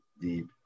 deep